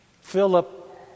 Philip